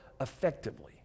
effectively